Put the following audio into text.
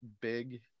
big